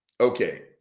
Okay